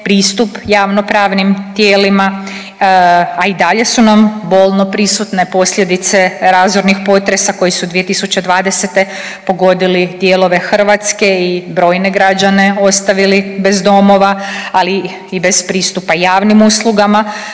pristup javno-pravnim tijelima, a i dalje su nam bolno prisutne posljedice razornih potresa koji su 2020. pogodili dijelove Hrvatske i brojne građane ostavili bez domova, ali i bez pristupa javnim uslugama